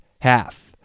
half